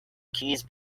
kiss